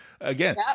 again